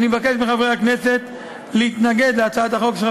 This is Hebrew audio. אני מבקש מחברי הכנסת להתנגד להצעה של חבר